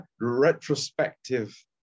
retrospective